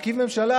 להרכיב ממשלה,